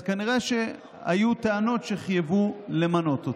אז כנראה שהיו טענות שחייבו למנות אותו.